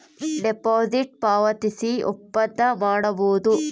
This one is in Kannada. ಡೆಪಾಸಿಟ್ ಪಾವತಿಸಿ ಒಪ್ಪಂದ ಮಾಡಬೋದು